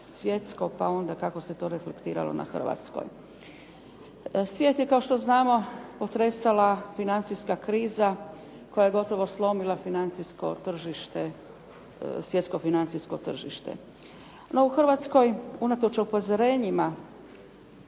pa onda kako se to reflektiralo na hrvatskoj. Svijet je kao što znamo potresala financijska kriza koja je gotovo slomila financijsko tržište, svjetsko financijsko tržište. No u Hrvatskoj unatoč upozorenjima